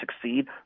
succeed